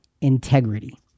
integrity